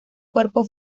cuerpo